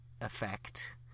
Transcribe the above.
effect